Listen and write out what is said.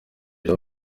jean